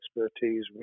expertise